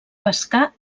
pescar